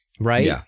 Right